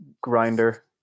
grinder